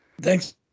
Thanks